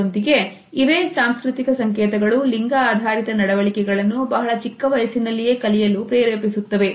ಇದರೊಂದಿಗೆ ಇವೆ ಸಾಂಸ್ಕೃತಿಕ ಸಂಕೇತಗಳು ಲಿಂಗ ಆಧಾರಿತ ನಡವಳಿಕೆಗಳನ್ನು ಬಹಳ ಚಿಕ್ಕವಯಸ್ಸಿನಲ್ಲಿಯೇ ಕಲಿಯಲು ಪ್ರೇರೇಪಿಸುತ್ತವೆ